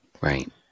Right